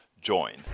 join